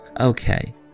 Okay